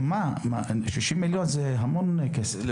60 מיליון שקל זה המון כסף.